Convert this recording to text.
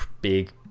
big